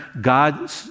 God